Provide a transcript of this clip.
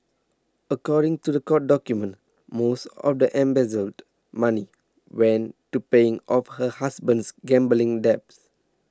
according to the court documents most of the embezzled money went to paying off her husband's gambling debts